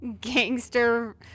Gangster